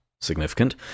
significant